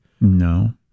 No